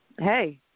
hey